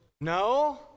No